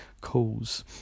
calls